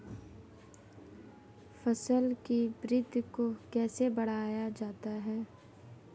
फसल की वृद्धि को कैसे बढ़ाया जाता हैं?